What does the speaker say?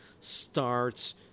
starts